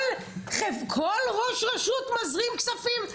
כל ראש רשות מזרים כספים?